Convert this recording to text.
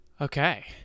Okay